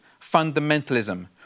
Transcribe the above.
fundamentalism